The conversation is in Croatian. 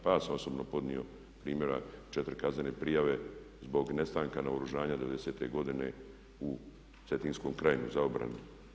Pa ja sam osobno podnio primjera četiri kaznene prijave zbog nestanka naoružanja devedesete godine u Cetinskoj krajini za obranu.